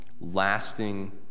lasting